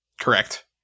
Correct